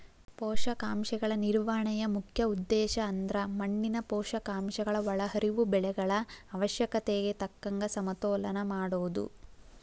ಪೋಷಕಾಂಶಗಳ ನಿರ್ವಹಣೆಯ ಮುಖ್ಯ ಉದ್ದೇಶಅಂದ್ರ ಮಣ್ಣಿನ ಪೋಷಕಾಂಶಗಳ ಒಳಹರಿವು ಬೆಳೆಗಳ ಅವಶ್ಯಕತೆಗೆ ತಕ್ಕಂಗ ಸಮತೋಲನ ಮಾಡೋದು